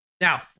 Now